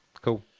cool